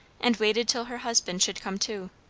and waited till her husband should come too.